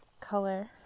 color